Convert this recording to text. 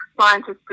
scientists